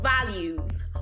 values